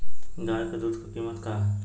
गाय क दूध क कीमत का हैं?